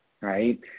Right